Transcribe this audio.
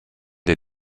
des